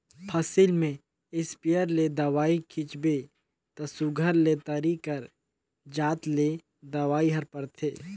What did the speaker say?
फसिल में इस्पेयर ले दवई छींचबे ता सुग्घर ले तरी कर जात ले दवई हर परथे